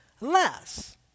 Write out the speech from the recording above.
less